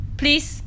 please